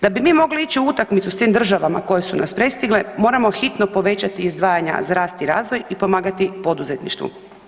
Da bi mi mogli ići u utakmicu sa tim državama koje su nas prestigle moramo hitno povećati izdvajanja za rast i razvoj i pomagati poduzetništvu.